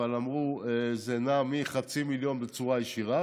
אבל אמרו שזה נע מחצי מיליארד בצורה ישירה